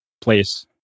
place